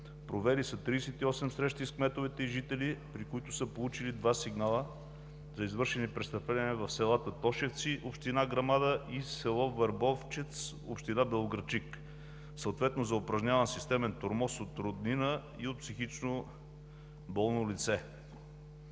Проведени са 38 срещи с кметовете и жителите, при които са получени два сигнала за извършени престъпления в селата Тошевци, община Грамада и село Върбовчец, община Белоградчик, съответно за упражняван системен тормоз от роднина и от психично болно лице.